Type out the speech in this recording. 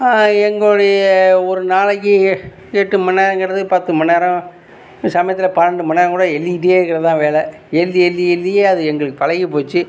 எங்களுடைய ஒரு நாளைக்கு எ எட்டுமண் நேரங்கறது பத்து மண்நேரம் சமயத்தில் பன்னெண்டு மண்நேரம் கூட எழுதிக்கிட்டே இருக்கறது தான் வேலை எழுதி எழுதி எழுதியே அது எங்களுக்கு பழகிப்போச்சு